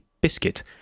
biscuit